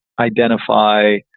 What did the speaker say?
identify